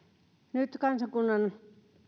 nyt kansakunnan